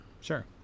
Sure